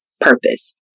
purpose